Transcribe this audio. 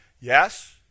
Yes